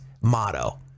motto